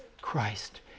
Christ